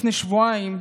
לפני שבועיים,